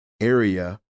area